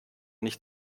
nicht